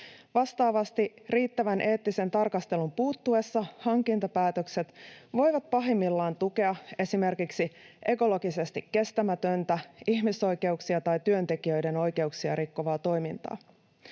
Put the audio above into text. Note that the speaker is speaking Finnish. Vastaavasti riittävän eettisen tarkastelun puuttuessa hankintapäätökset voivat pahimmillaan tukea esimerkiksi ekologisesti kestämätöntä, ihmisoikeuksia tai työntekijöiden oikeuksia rikkovaa toimintaa.